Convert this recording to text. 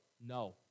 No